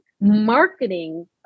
marketing